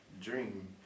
dream